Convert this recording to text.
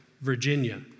Virginia